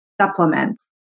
supplements